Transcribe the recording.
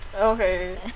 okay